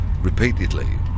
repeatedly